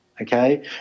okay